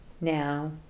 now